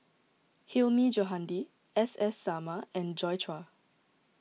Hilmi Johandi S S Sarma and Joi Chua